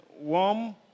Warm